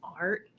art